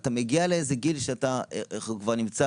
אתה מגיע לאיזה גיל שאתה כבר נמצא